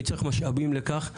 צריך משאבים לכך,